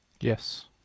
Yes